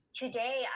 today